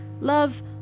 love